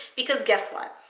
because guess what?